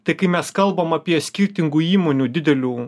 tai kai mes kalbam apie skirtingų įmonių didelių